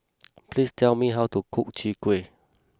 please tell me how to cook Chwee Kueh